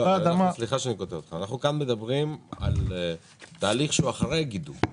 אנחנו מדברים כאן על תהליך שהוא אחרי גידול.